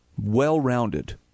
well-rounded